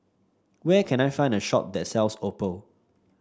where can I find a shop that sells Oppo